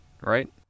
right